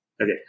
Okay